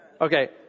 Okay